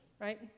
right